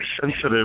sensitive